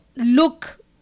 look